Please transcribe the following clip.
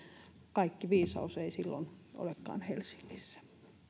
kaikki viisaus ei silloin olekaan helsingissä